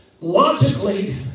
logically